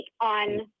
on